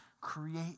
Create